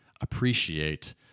appreciate